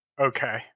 Okay